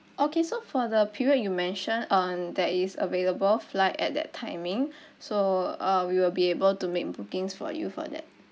okay so for the period you mention on there is available flight at that timing so uh we will be able to make bookings for you for that